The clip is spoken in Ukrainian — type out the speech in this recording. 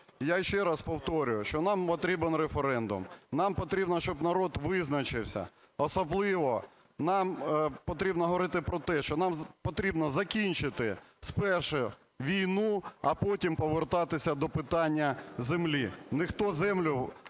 Я ще раз повторюю, що нам потрібен референдум, нам потрібно, щоб народ визначився. Особливо нам потрібно говорити про те, що нам потрібно закінчити спершу війну, а потім повертатися до питання землі.